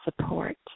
support